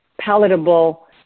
palatable